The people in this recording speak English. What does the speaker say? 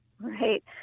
right